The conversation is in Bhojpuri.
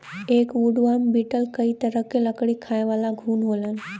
एक वुडवर्म बीटल कई तरह क लकड़ी खायेवाला घुन होला